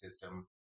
system